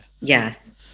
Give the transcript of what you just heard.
yes